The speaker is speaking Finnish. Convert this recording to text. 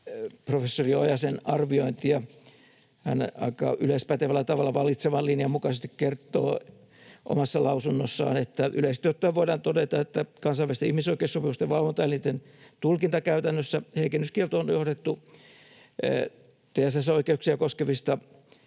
professori Ojasen arviointia. Hän aika yleispätevällä tavalla vallitsevan linjan mukaisesti kertoo omassa lausunnossaan, että yleisesti ottaen voidaan todeta, että ”kansainvälisten ihmisoikeussopimusten valvontaelinten tulkintakäytännössä heikennyskielto on johdettu TSS-oikeuksia koskevista